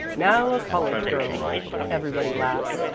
now a college girl everybody laughed.